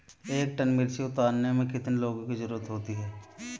एक टन मिर्ची उतारने में कितने लोगों की ज़रुरत होती है?